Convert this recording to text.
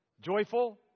Joyful